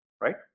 right